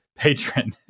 patron